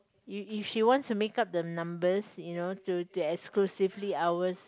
you you she wants to make up the numbers you know to to exclusively ours